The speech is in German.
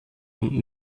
und